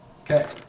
Okay